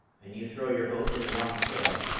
and you throw your vote in the wrong scale,